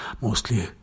mostly